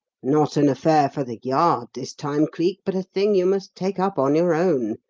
not an affair for the yard this time, cleek, but a thing you must take up on your own,